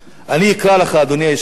אני אקרא לך, אדוני היושב-ראש,